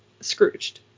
Scrooged